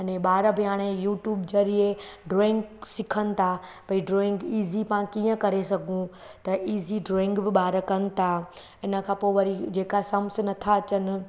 अने ॿार बि हाणे यूट्यूब ज़रिए ड्रॉइंग सिखण था भई ड्रॉइंग इज़ी पां कीअं करे सघूं त इज़ी ड्रॉइंग बि ॿार कनि था इनखां पोइ वरी जेका सम्स नथा अचनि